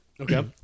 Okay